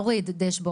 לא מופיע דשבורד,